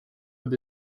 with